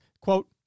quote